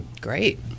Great